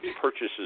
purchases